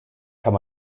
kann